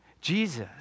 Jesus